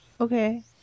Okay